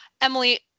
Emily